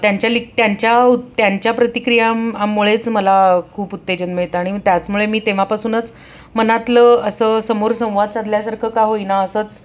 त्यांच्या लि त्यांच्या उ त्यांच्या प्रतिक्रियाम् मुळेच मला खूप उत्तेजन मिळतं आणि त्याचमुळे मी तेव्हापासूनच मनातलं असं समोर संवाद साधल्यासारखं का होईना असंच